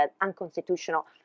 unconstitutional